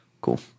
Cool